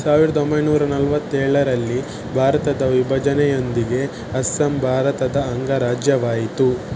ಸಾವಿರ್ದೊಂಬೈನೂರ ನಲ್ವತ್ತೇಳರಲ್ಲಿ ಭಾರತದ ವಿಭಜನೆಯೊಂದಿಗೆ ಅಸ್ಸಾಂ ಭಾರತದ ಅಂಗ ರಾಜ್ಯವಾಯಿತು